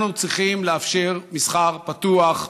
אנחנו צריכים לאפשר מסחר פתוח,